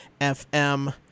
FM